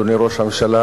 אדוני ראש הממשלה,